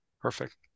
Perfect